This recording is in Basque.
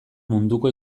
munduko